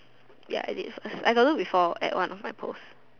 ya I did I got do before at one of my post